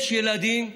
יש ילדים,